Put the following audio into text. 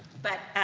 but,